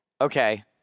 Okay